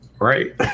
right